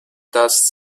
dust